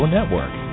Network